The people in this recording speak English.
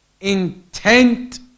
intent